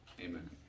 Amen